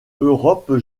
europe